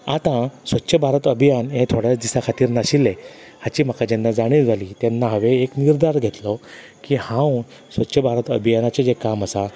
आतां स्वच्छ भारत अभियान हें थोडें दिसां खातीर नाशिल्लें हाची म्हाका जेन्ना जाणीव जाली तेन्ना हांवें एक निर्धार घेतलो की हांव स्वच्छ भारत अभियानाचे जें काम आसा